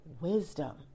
wisdom